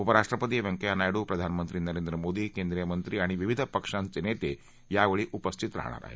उपराष्ट्रपती व्यंकय्या नाय ि प्रधानमंत्री नरेंद्र मोदी केंद्रीय मंत्री आणि विविध पक्षांचे नेते यावेळी उपस्थित राहणार आहेत